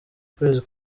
kwezi